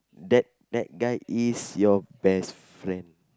that that guy is your best friend